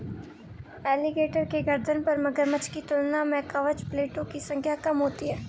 alligator के गर्दन पर मगरमच्छ की तुलना में कवच प्लेटो की संख्या कम होती है